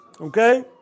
Okay